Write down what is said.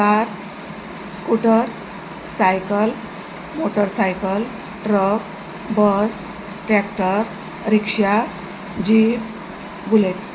car scooter cycle motorcycle truck bus tractor rickshaw jeep bullet